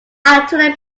alternate